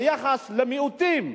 היחס למיעוטים,